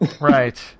Right